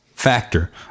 factor